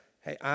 Hey